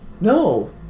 No